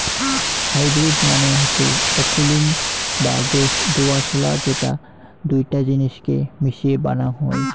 hybrid মানে হসে অকুলীন বা দোআঁশলা যেটা দুইটা জিনিসকে মিশিয়ে বানাং হই